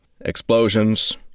explosions